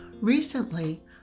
Recently